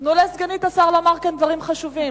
תנו לסגנית השר לומר כאן דברים חשובים.